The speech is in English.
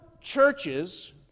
churches